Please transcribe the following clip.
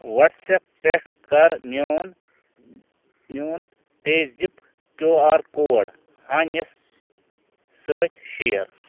WhatsApp پٮ۪ٹھ کَر میون میون پے زِپ کیو آر کوڈ ہانِس سۭتۍ شیر